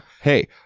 Hey